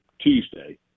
Tuesday